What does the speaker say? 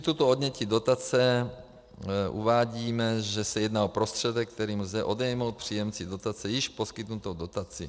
K institutu odnětí dotace uvádíme, že se jedná o prostředek, kterým lze odejmout příjemci dotace již poskytnutou dotaci.